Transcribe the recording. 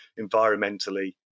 environmentally